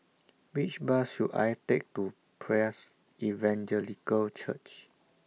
Which Bus should I Take to Praise Evangelical Church